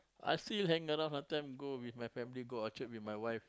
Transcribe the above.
I see you hang around sometimes go with my family go Orchard with my wife